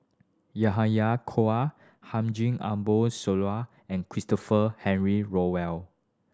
Yahya Cohen Haji Ambo Sooloh and Christopher Henry Rothwell